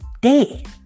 dead